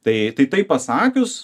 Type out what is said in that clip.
tai tai pasakius